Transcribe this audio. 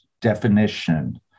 definition